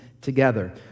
together